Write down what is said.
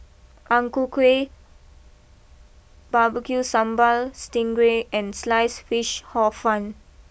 Ang Ku Kueh B B Q Sambal Sting Ray and sliced Fish Hor fun